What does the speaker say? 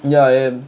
ya I am